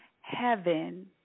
heaven